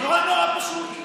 נורא נורא פשוט.